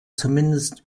zumindest